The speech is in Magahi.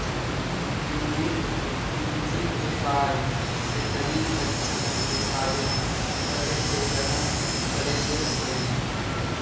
डी.डी.यू.जी.के.वाए से गरीब बच्चन में आगे बढ़े के लगन बढ़ले हइ